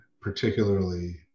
particularly